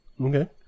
Okay